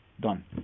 done